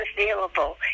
available